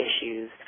issues